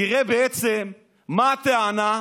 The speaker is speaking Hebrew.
תראה בעצם מה הטענה,